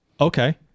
Okay